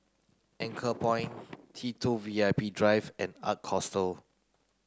Anchorpoint T two VIP Drive and Ark Hostel